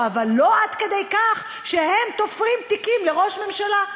אבל לא עד כדי כך שהם תופרים תיקים לראש ממשלה.